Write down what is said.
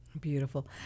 Beautiful